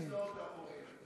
תתרגלי לכיסאות האחוריים.